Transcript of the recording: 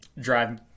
drive